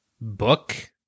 book